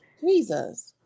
Jesus